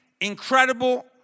incredible